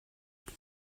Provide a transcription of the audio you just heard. die